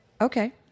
Okay